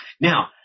Now